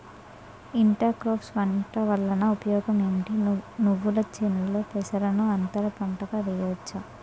Inter crops పంట వలన ఉపయోగం ఏమిటి? నువ్వుల చేనులో పెసరను అంతర పంటగా వేయవచ్చా?